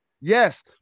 Yes